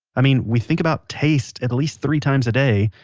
i mean, we think about taste at least three times a day,